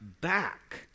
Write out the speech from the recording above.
back